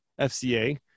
FCA